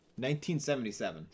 1977